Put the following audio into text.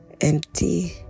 empty